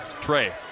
Trey